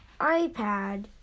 iPad